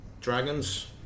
Dragons